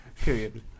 Period